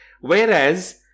Whereas